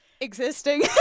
existing